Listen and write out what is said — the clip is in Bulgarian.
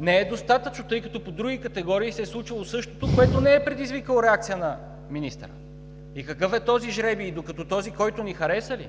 не е достатъчно, тъй като по други категории се е случвало същото, което не е предизвикало реакция на министъра. И какъв е този жребий? И докато този, който ни хареса ли?!